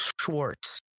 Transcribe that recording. Schwartz